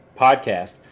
podcast